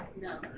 No